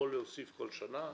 אולי יוסיפו כל שנה.